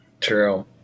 True